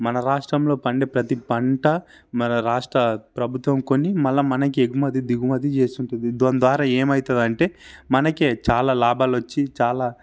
మన రాష్ట్రంలో పండే ప్రతీ పంట మన రాష్ట్ర ప్రభుత్వం కొని మళ్ళీ మనకి ఎగుమతి దిగుమతి చేస్తుంటుంది దాని ద్వారా ఏమైతుంది అంటే మనకే చాలా లాభాలు వచ్చి చాలా